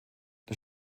das